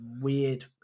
weird